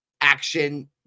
action